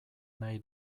nahi